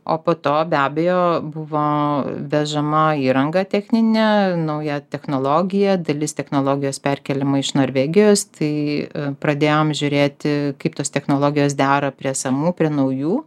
o po to be abejo buvo vežama įranga techninė nauja technologija dalis technologijos perkeliama iš norvegijos tai pradėjom žiūrėti kaip tos technologijos dera prie esamų prie naujų